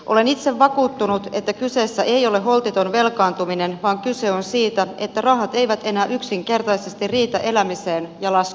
olen itse vakuuttunut että kyseessä ei ole holtiton velkaantuminen vaan kyse on siitä että rahat eivät enää yksinkertaisesti riitä elämiseen ja laskuihin